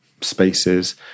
spaces